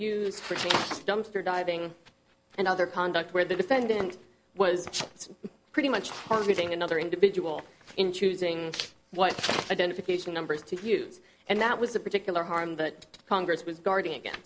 used for the dumpster diving and other conduct where the defendant was pretty much everything another individual in choosing what identification numbers to use and that was a particular harm that congress was guarding again